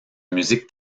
musique